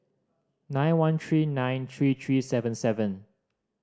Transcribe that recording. nine one three nine three three seven seven